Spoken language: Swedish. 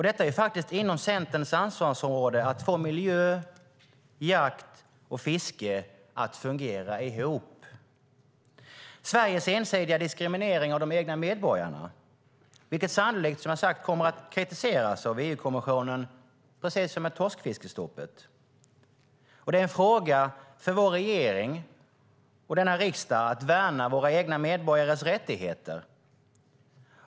Det ligger faktiskt inom Centerns ansvarsområde att få miljö, jakt och fiske att fungera ihop. Denna Sveriges ensidiga diskriminering av de egna medborgarna kommer sannolikt, precis som i fråga om torskfiskestoppet, att kritiseras av EU-kommissionen. Det är en fråga för vår regering och denna riksdag att värna de egna medborgarnas rättigheter.